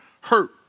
hurt